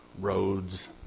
roads